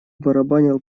барабанил